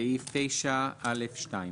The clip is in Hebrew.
סעיף 9(א)(2).